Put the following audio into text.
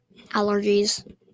Allergies